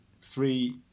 three